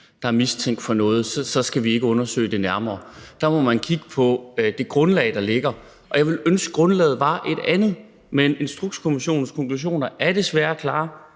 der er mistænkt for noget, så skal vi ikke undersøge det nærmere. Der må man kigge på det grundlag, der ligger, og jeg ville ønske, at grundlaget var et andet, men Instrukskommissionens konklusioner er desværre klare